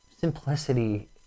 simplicity